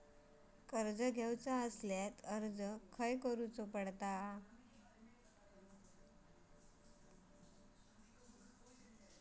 कर्ज घेऊचा असल्यास अर्ज खाय करूचो पडता?